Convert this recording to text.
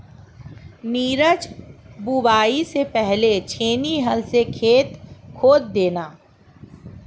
नीरज बुवाई से पहले छेनी हल से खेत खोद देना